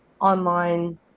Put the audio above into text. online